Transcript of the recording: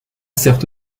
sert